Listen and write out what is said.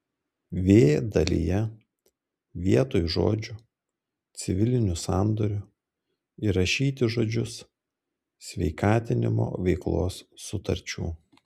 v dalyje vietoj žodžių civilinių sandorių įrašyti žodžius sveikatinimo veiklos sutarčių